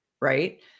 right